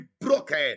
broken